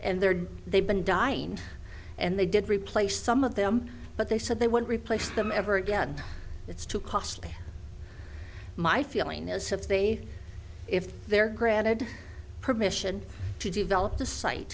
there they've been dying and they did replace some of them but they said they would replace them ever again it's too costly my feeling is if they if they're granted permission to develop the site